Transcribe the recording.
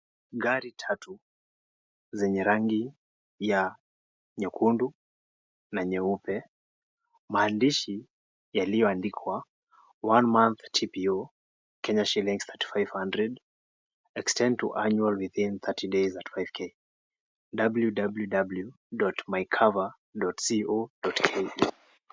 Gari tatu zenye rangi ya nyekundu na nyeupe maandishi yaliyo andikwa ONE MONTH TPO KSH.3500 extend to annual within 30 days at 5k , www.mykava.co.ke .